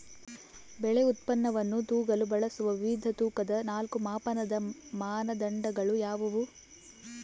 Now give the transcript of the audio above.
ಬೆಳೆ ಉತ್ಪನ್ನವನ್ನು ತೂಗಲು ಬಳಸುವ ವಿವಿಧ ತೂಕದ ನಾಲ್ಕು ಮಾಪನದ ಮಾನದಂಡಗಳು ಯಾವುವು?